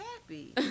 happy